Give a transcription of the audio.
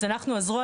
אז אנחנו הזרוע,